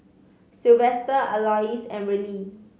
Sylvester Alois and Rillie